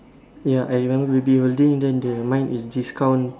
ya I remember the building then the mine is discount